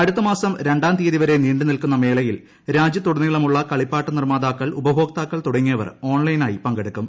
അടുത്ത മാസം രണ്ടാം തീയതി വരെ നീണ്ടു നിൽക്കുന്ന മേളയിൽ രാജ്യത്തുടനീളമുള്ള കളിപ്പാട്ട നിർമ്മാതാക്കൾ ഉപഭോക്താക്കൾ തുടങ്ങിയവർ ഓൺലൈനായി പങ്കെടുക്കും